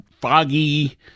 foggy